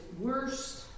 worst